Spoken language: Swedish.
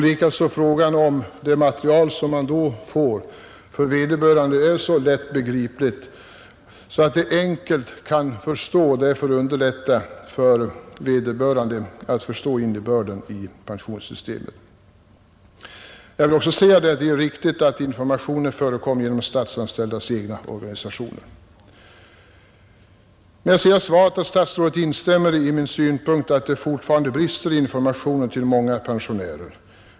Frågan är också om det material man då får är så lättbegripligt att det underlättar för vederbörande att förstå innebörden i pensionssystemet. Det är också viktigt att information förekommer genom de statsanställdas egna organisationer. I svaret instämmer statsrådet i min synpunkt att det fortfarande brister i informationen till många pensionärer.